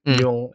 yung